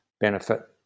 benefit